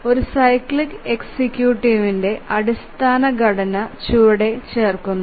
ഒരു സൈക്ലിക് എക്സിക്യൂട്ടീവിന്റെ അടിസ്ഥാന ഘടന ചുവടെ ചേർക്കുന്നു